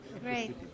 Great